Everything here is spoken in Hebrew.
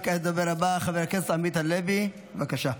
כעת לדובר הבא, חבר הכנסת עמית הלוי, בבקשה.